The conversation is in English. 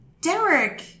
Derek